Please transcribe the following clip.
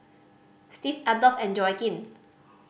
Steve Adolf and Joaquin